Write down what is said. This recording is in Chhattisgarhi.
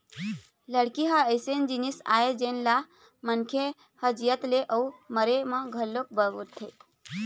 लकड़ी ह अइसन जिनिस आय जेन ल मनखे ह जियत ले अउ मरे म घलोक बउरथे